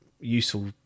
useful